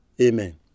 Amen